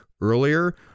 earlier